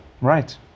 Right